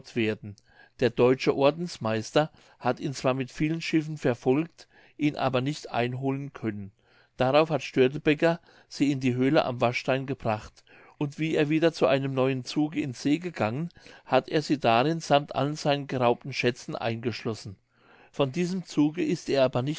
werden der deutsche ordensmeister hat ihn zwar mit vielen schiffen verfolgt ihn aber nicht einholen können darauf hat störtebeck sie in die höhle am waschstein gebracht und wie er wieder zu einem neuen zuge in see gegangen hat er sie darin sammt allen seinen geraubten schätzen eingeschlossen von diesem zuge ist er aber